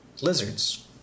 lizards